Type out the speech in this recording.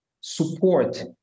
support